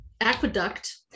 aqueduct